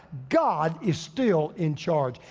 god is still in charge.